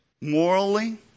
Morally